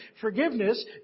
forgiveness